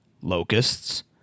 Locusts